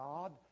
God